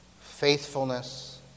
faithfulness